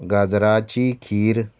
गाजराची खीर